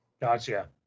Gotcha